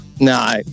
No